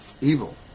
evil